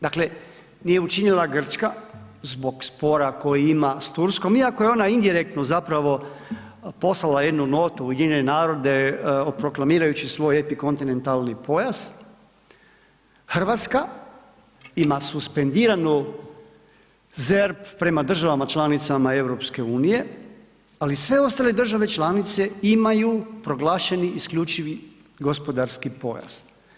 Dakle, nije učinila Grčka zbog spora koji ima s Turskom iako je ona indirektno zapravo poslala jednu notu u UN proklamirajući svoj epikontinentalni pojas, Hrvatska ima suspendiranu ZERP prema državama članicama EU, ali sve ostale države članice imaju proglašeni isključivi gospodarski pojas.